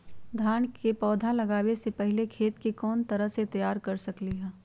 धान के पौधा लगाबे से पहिले खेत के कोन तरह से तैयार कर सकली ह?